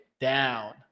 down